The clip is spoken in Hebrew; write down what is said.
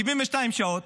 72 שעות,